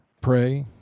pray